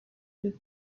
que